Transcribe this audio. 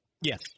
Yes